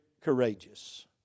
courageous